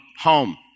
home